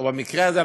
או במקרה הזה,